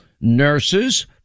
nurses